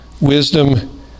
wisdom